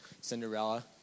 Cinderella